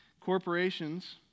corporations